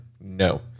No